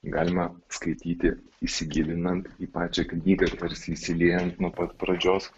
galima skaityti įsigilinant į pačią knygą tarsi įsiliejant nuo pat pradžios